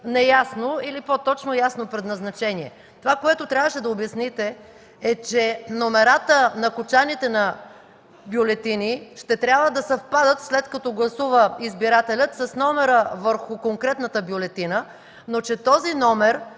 неясно или по-точно ясно предназначение. Това, което трябваше да обясните, е, че номерата на кочаните на бюлетини трябва да съвпадат, след като избирателят гласува, с номера върху конкретната бюлетина, но че този номер